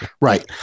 Right